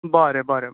बरें बरें